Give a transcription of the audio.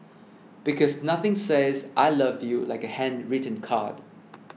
because nothing says I love you like a handwritten card